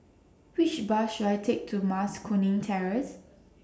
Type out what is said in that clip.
Which Bus should I Take to Mas Kuning Terrace